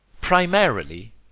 Primarily